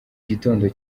gitondo